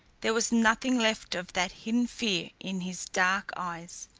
there was nothing left of that hidden fear in his dark eyes.